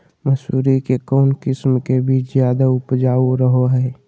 मसूरी के कौन किस्म के बीच ज्यादा उपजाऊ रहो हय?